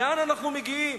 לאן אנחנו מגיעים?